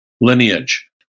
lineage